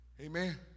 Amen